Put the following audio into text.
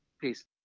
Peace